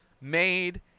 made